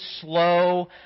slow